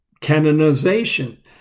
Canonization